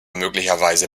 möglicherweise